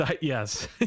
yes